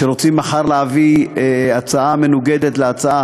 שרוצים מחר להביא הצעה מנוגדת להצעה